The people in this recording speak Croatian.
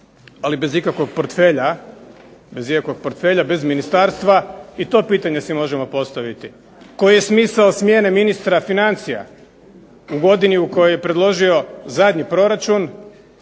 ali bez ikakvog portfelja, bez ministarstva. I to pitanje si možemo postaviti. Koji je smisao smjene ministra financija u godini u kojoj je predložio zadnji proračun